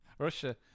Russia